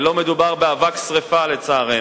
לא מדובר באבק שרפה, לצערנו.